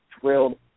drilled